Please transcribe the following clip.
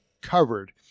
covered